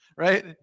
right